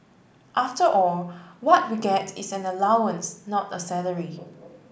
after all what we get is an allowance not a salary